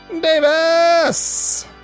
Davis